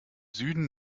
süden